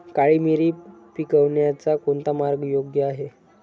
काळी मिरी पिकवण्याचा कोणता मार्ग योग्य आहे?